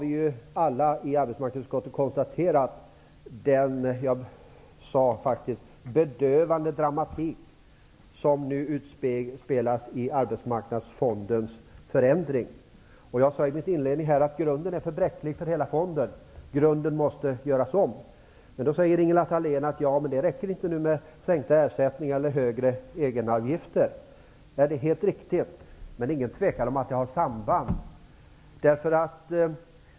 Vi har alla i utskottet kunnat konstatera den bedövande dramatik som nu utspelar sig i och med Arbetsmarknadsfondens förändring. Jag sade i mitt inledningsanförande att grunden är för bräcklig för hela fonden. Grunden måste göras om. Men då säger Ingela Thalén: Det räcker inte med sänkta ersättningar eller högre egenavgifter. Det är helt riktigt. Men det är inget tvivel om att det har samband.